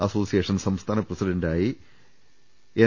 അസോസിയേ ഷൻ സംസ്ഥാന പ്രസിഡന്റായി എൻ